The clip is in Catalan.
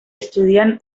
estudien